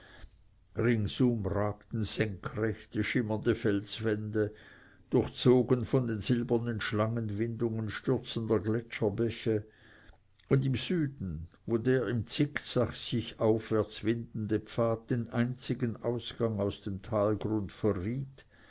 ringsum ragten senkrechte schimmernde felswände durchzogen von den silbernen schlangenwindungen stürzender gletscherbäche und im süden wo der im zickzack sich aufwärts windende pfad den einzigen ausgang aus dem talgrunde verriet